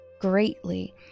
greatly